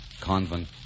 Convent